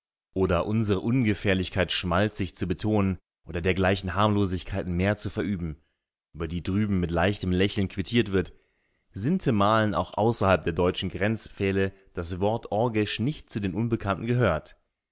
oder unsere ungefährlichkeit schmalzig zu betonen oder dergleichen harmlosigkeiten mehr zu verüben über die drüben mit leichtem lächeln quittiert wird sintemalen auch außerhalb der deutschen grenzpfähle das wort orgesch nicht zu den unbekannten gehört